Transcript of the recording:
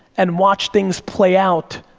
and watch things play out,